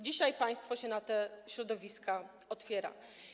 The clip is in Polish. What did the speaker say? Dzisiaj państwo się na te środowiska otwiera.